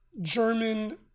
German